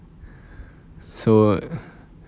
so